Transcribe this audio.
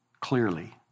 Clearly